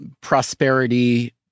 prosperity